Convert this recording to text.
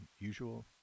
usual